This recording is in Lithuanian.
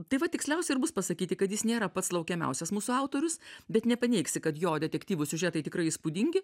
tai va tiksliausiai ir bus pasakyti kad jis nėra pats laukiamiausias mūsų autorius bet nepaneigsi kad jo detektyvų siužetai tikrai įspūdingi